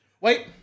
Wait